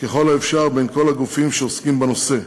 ככל האפשר בין כל הקובעים שעוסקים בנושא,